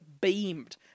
beamed